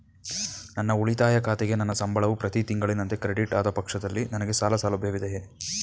ನನ್ನ ಉಳಿತಾಯ ಖಾತೆಗೆ ನನ್ನ ಸಂಬಳವು ಪ್ರತಿ ತಿಂಗಳಿನಂತೆ ಕ್ರೆಡಿಟ್ ಆದ ಪಕ್ಷದಲ್ಲಿ ನನಗೆ ಸಾಲ ಸೌಲಭ್ಯವಿದೆಯೇ?